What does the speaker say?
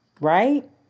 Right